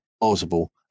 possible